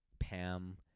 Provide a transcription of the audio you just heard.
pam